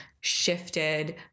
shifted